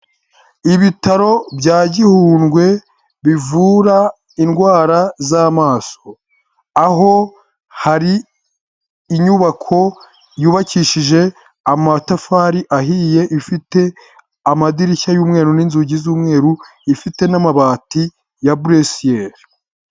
Ibitaro bya Gihundwe bivura indwara z'amaso, aho hari inyubako yubakishije amatafari ahiye ifite amadirishya y'umweru n'inzugi z'umweru ifite n'amabati ya bresiyeli.